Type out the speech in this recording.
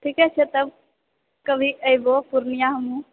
ठीके छै तब कभी एबो पूर्णिया हमहुँ